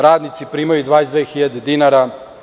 Radnici primaju 22.000 dinara.